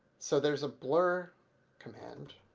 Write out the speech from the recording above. so there's a blur command,